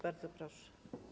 Bardzo proszę.